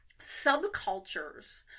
Subcultures